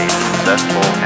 successful